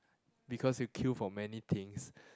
because you queue for many things